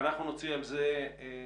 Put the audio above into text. אנחנו נוציא על זה מכתב